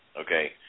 Okay